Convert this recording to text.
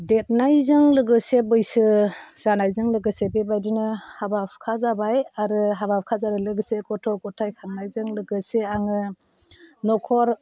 देरनायजों लोगोसे बैसो जानायजों लोगोसे बेबादिनो हाबा हुखा जाबाय आरो हाबा हुखा जानाय लोगोसे गथ' गथाय खांनायजों लोगोसे आङो नखर